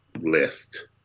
list